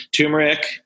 turmeric